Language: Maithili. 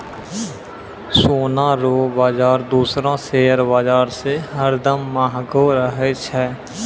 सोना रो बाजार दूसरो शेयर बाजार से हरदम महंगो रहै छै